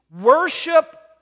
worship